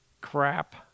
crap